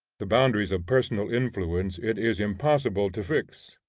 the boundaries of personal influence it is impossible to fix,